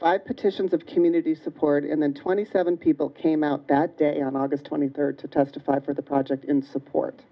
five petitions of community support and then twenty seven people came out on august twenty third to testify for the project in support